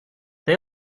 they